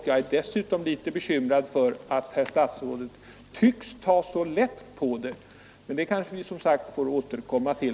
Jag är dessutom litet bekymrad över att herr statsrådet tycks ta så lätt på den. Men det kanske vi som sagt får återkomma till.